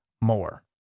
more